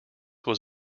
was